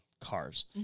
cars